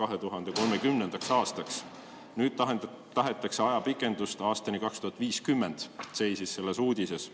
2030. aastaks. Nüüd tahetakse ajapikendust aastani 2050, seisis selles uudises.